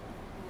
ya